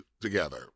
together